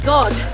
God